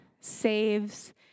saves